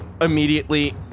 immediately